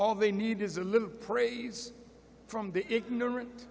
all they need is a little praise from the ignoran